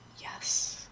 yes